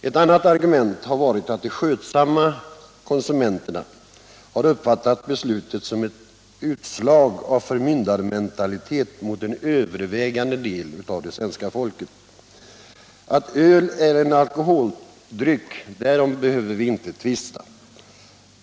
Ett annat argument har varit att de skötsamma konsumenterna har uppfattat beslutet som ett utslag av förmyndarmentalitet mot en övervägande del av det svenska folket. Öl är en alkoholdryck — därom behöver vi inte tvista.